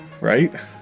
Right